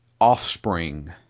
offspring